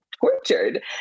tortured